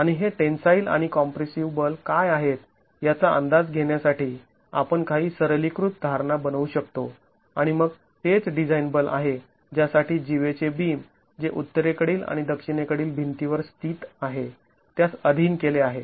आणि हे टेन्साईल आणि कॉम्प्रेसिव बल काय आहेत याचा अंदाज घेण्यासाठी आपण काही सरली कृत धारणा बनवू शकतो आणि मग तेच डिझाईन बल आहे ज्यासाठी जीवेचे बीम जे उत्तरेकडील आणि दक्षिणेकडील भिंतीवर स्थित आहे त्यास अधीन केले आहे